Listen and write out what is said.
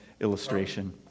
illustration